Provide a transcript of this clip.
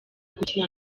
gukina